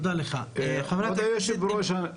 חברת הכנסת אבתיסאם מראענה.